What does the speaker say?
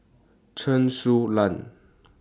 Chen Su Lan